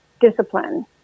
Discipline